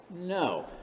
No